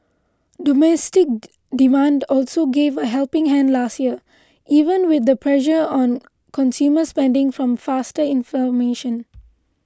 domestic demand also gave a helping hand last year even with the pressure on consumer spending from faster inflation